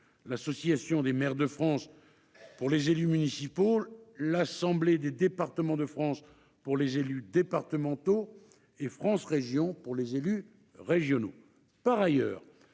l'Association des maires de France pour les élus municipaux, l'Assemblée des départements de France pour les élus départementaux et Régions de France pour les élus régionaux.